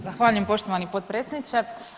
Zahvaljujem poštovani potpredsjedniče.